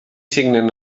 signen